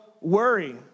worry